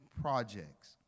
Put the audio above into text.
projects